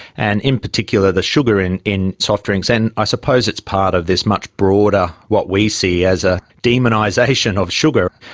and in particular the sugar in in soft drinks. and i suppose it's part of this much broader what we see as ah demonisation of sugar.